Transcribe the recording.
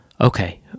Okay